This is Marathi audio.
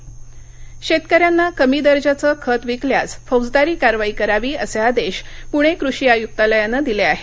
कृषी शेतकऱ्यांना कमी दर्जाचं खत विकल्यास फौजदारी कारवाई करावी असे आदेश पुणे कृषी आयुक्तालयानं दिले आहेत